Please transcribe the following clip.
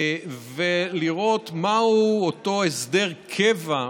ולראות מהו אותו "הסדר קבע",